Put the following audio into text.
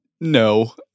No